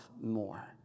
more